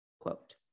quote